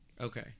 Okay